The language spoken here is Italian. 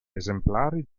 esemplari